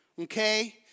Okay